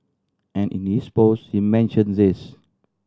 and in his post he mentioned this